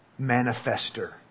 manifester